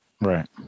right